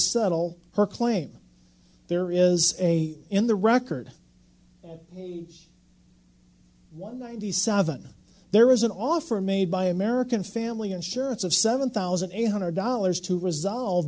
settle her claim there is a in the record one ninety seven there was an offer made by american family insurance of seven thousand eight hundred dollars to resolve